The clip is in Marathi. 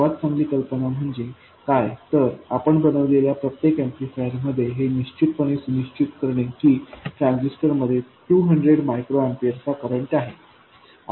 सर्वात चांगली कल्पना म्हणजे काय तर आपण बनविलेल्या प्रत्येक एम्पलीफायरमध्ये हे निश्चितपणे सुनिश्चित करणे की ट्रांझिस्टर मध्ये 200 मायक्रो एम्पीयर चा करंट आहे